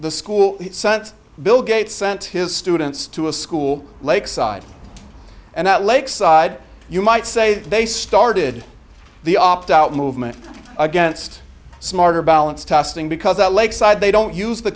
the school sent bill gates sent his students to a school lakeside and that lakeside you might say they started the opt out movement against smarter balance testing because at lakeside they don't use the